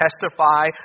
testify